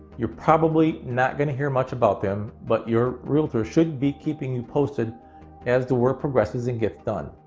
you're probably not gonna hear much about them, but your realtor should be keeping you posted as the work progresses and gets done.